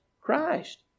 Christ